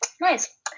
nice